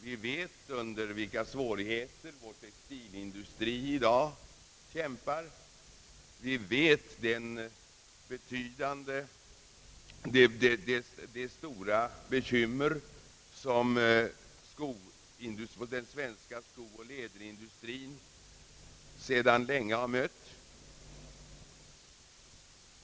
Vi vet vilka svårigheter vår textilindustri i dag kämpar med. Vi känner också till de stora bekymmer som den svenska skooch läderindustrien sedan länge har.